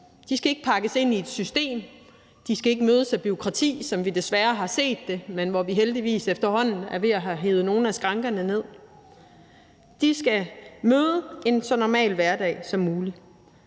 De skal ikke pakkes ind i et system, og de skal ikke mødes af bureaukrati, som vi desværre har set det, men hvor vi heldigvis efterhånden er ved at have hevet nogle af skrankerne ned. De skal møde en så normal hverdag som muligt,